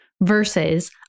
versus